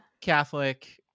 catholic